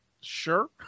Sure